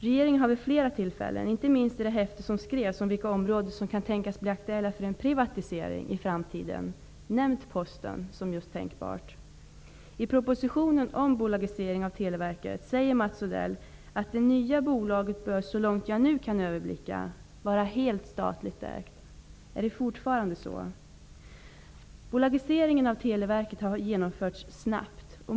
Regeringen har ju vid flera tillfällen nämnt just Posten som tänkbar kandidat, inte minst i det häfte som skrevs om vilka områden som kan tänkas bli aktuella för en privatisering i framtiden. I propositionen om bolagisering av Televerket skriver Mats Odell att det nya bolaget, så långt han nu kan överblicka, bör vara helt statligt ägt. Är det fortfarande så? Bolagiseringen av Televerket har genomförts snabbt.